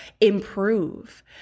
improve